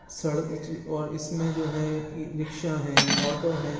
سڑ اور اس میں جو ہیں ای رکشا ہیں آٹو ہیں